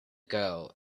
girl